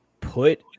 put